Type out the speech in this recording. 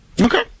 Okay